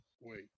Wait